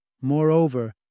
Moreover